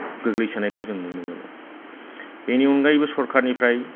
गोग्लैसोनायखौ जों नुनो मोनो बेनि अनगायैबो सरकारनिफ्राय